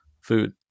food